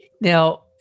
Now